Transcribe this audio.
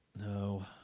No